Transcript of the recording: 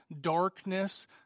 darkness